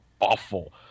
awful